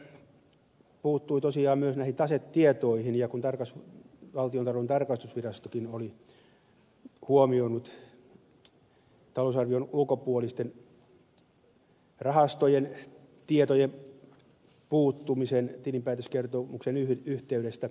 tarkastusvaliokunta puuttui tosiaan myös tasetietoihin kun valtiontalouden tarkastusvirastokin oli huomioinut talousarvion ulkopuolisten rahastojen tietojen puuttumisen tilinpäätöskertomuksen yhteydestä